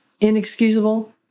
Inexcusable